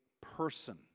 person